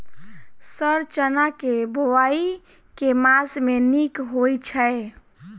Sir चना केँ बोवाई केँ मास मे नीक होइ छैय?